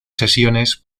sesiones